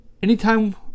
Anytime